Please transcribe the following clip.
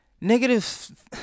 negative